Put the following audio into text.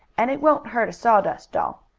and it won't hurt a sawdust doll.